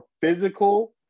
physical